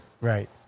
right